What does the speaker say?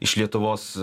iš lietuvos